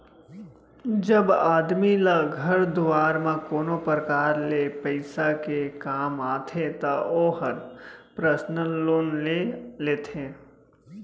जब आदमी ल घर दुवार म कोनो परकार ले पइसा के काम आथे त ओहर पर्सनल लोन ले लेथे